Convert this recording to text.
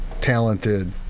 talented